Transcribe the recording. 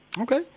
Okay